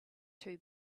two